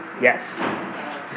Yes